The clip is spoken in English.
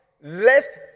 lest